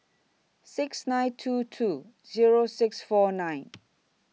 six nine two two Zero six four nine